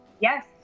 Yes